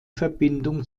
verbindung